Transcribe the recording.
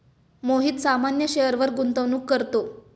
मोहित सामान्य शेअरवर गुंतवणूक करतो